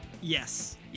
Yes